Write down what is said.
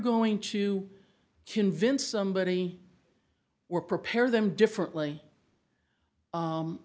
going to convince somebody or prepare them differently